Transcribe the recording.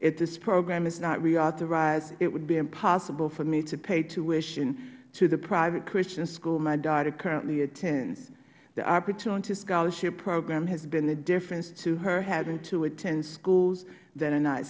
if this program is not reauthorized it would be impossible for me to pay tuition to the private christian school my daughter currently attends the opportunity scholarship program has been the difference to her having to attend schools that are not